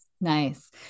nice